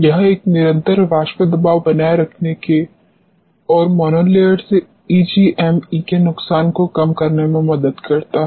यह एक निरंतर वाष्प दबाव बनाए रखने और मोनोलेयर से ईजीएमई के नुकसान को कम करने में मदद करता है